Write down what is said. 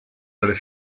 delle